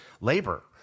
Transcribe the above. labor